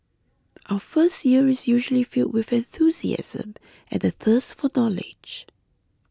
our first year is usually filled with enthusiasm and the thirst for knowledge